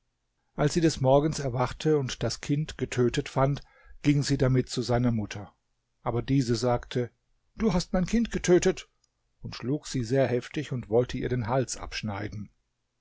als sie des morgens erwachte und das kind getötet fand ging sie damit zu seiner mutter aber diese sagte du hast mein kind getötet und schlug sie sehr heftig und wollte ihr den hals abschneiden